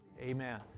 Amen